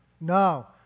No